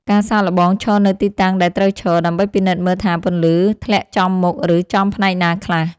ការសាកល្បងឈរនៅទីតាំងដែលត្រូវឈរ ដើម្បីពិនិត្យមើលថាពន្លឺធ្លាក់ចំមុខ ឬចំផ្នែកណាខ្លះ។